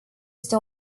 este